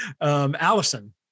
Allison